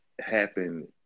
happen